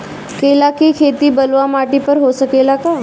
केला के खेती बलुआ माटी पर हो सकेला का?